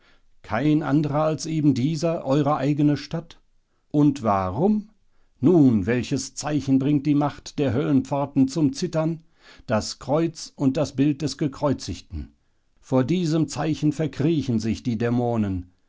kein anderer als eben dieser eure eigene stadt und warum nun welches zeichen bringt die macht der höllenpforten zum zittern das kreuz und das bild des gekreuzigten vor diesem zeichen verkriechen sich die dämonen